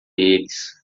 eles